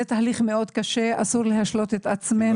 זה תהליך מאוד קשה, אסור להשלות את עצמנו.